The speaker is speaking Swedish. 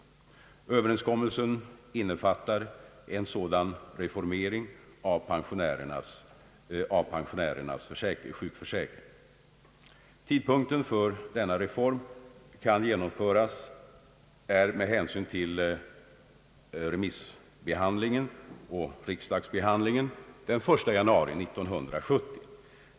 Överenskommelsen innefattar en reformering av pensionärernas sjukförsäkring, och tidpunkten när denna reform kan genomföras är med hänsyn till remissförfarandet och riksdagsbehandlingen den 1 januari 1970.